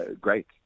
great